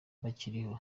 bakiriho